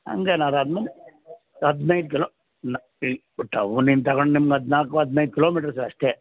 ಹಂಗೇನಾರು ಆದರೆ ಹದಿನೈದು ಕಿಲೋ ನಿಮ್ಗೆ ತೊಗೊಂಡು ನಿಮ್ಗೆ ಹದಿನಾಲ್ಕು ಹದಿನೈದು ಮೀಟರ್ಸು ಅಷ್ಟೇ